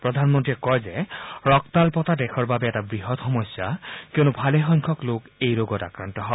প্ৰধানমন্ত্ৰীয়ে কয় যে ৰক্তান্তা দেশৰ বাবে এটা বৃহৎ সমস্যা কিয়নো ভালেসংখ্যক লোক এই ৰোগত আক্ৰান্ত হয়